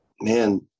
man